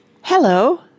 Hello